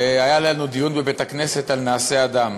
היה לנו דיון בבית-הכנסת על "נעשה אדם".